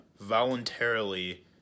voluntarily